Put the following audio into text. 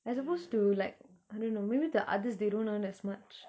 like supposed to like I don't know maybe the others they don't earn as much